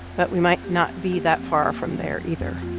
but we might not be that far from there, either